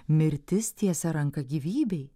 mirtis tiesia ranką gyvybei